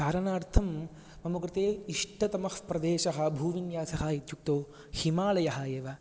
चारणार्थं मम कृते इष्टतमः प्रदेशः भूविन्यासः इत्युक्तौ हिमालयः एव